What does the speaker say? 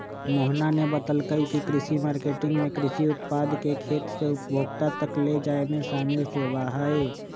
मोहना ने बतल कई की कृषि मार्केटिंग में कृषि उत्पाद के खेत से उपभोक्ता तक ले जाये में शामिल सेवा हई